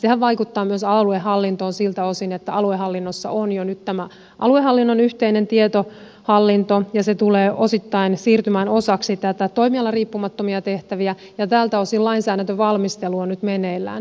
sehän vaikuttaa myös aluehallintoon siltä osin että aluehallinnossa on jo nyt tämä aluehallinnon yhteinen tietohallinto ja se tulee osittain siirtymään osaksi näitä toimialariippumattomia tehtäviä ja tältä osin lainsäädäntövalmistelu on nyt meneillään